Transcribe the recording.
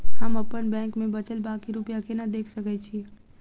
हम अप्पन बैंक मे बचल बाकी रुपया केना देख सकय छी?